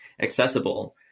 accessible